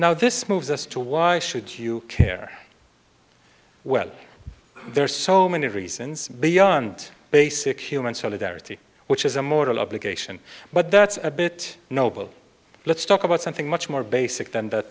now this moves us to why should you care well there are so many reasons beyond basic human solidarity which is a moral obligation but that's a bit noble let's talk about something much more basic than that